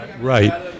Right